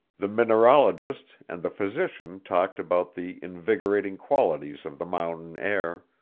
the mineralogist and the physician talked about the invigorating qualities of the mountain air,